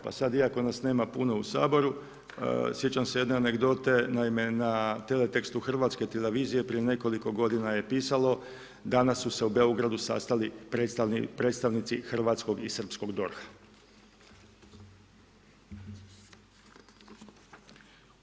Pa sada iako nas nema puno u Saboru sjećam se jedne anegdote, naime na teletekstu HTV-a prije nekoliko godina je pisalo danas su se u Beogradu sastali predstavnici hrvatskog i srpskog DORH-a.